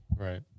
right